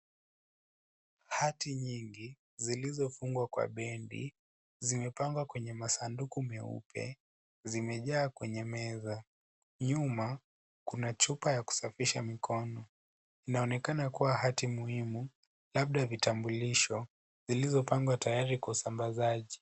Hati nyingi zilizofungwa kwa bendi zimepangwa kwenye masanduku meupe zimejaa kwenye meza. Nyuma kuna chupa ya kusafisha mikono. Inaonekana kuwa hati muhimu labda vitambulisho zilizopangwa tayari kwa usambazaji.